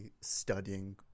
studying